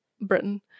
Britain